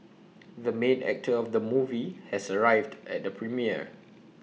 the main actor of the movie has arrived at the premiere